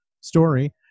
story